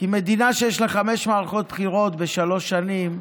כי מדינה שיש בה חמש מערכות בחירות בשלוש שנים,